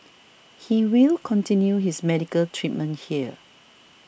he will continue his medical treatment here